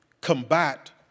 combat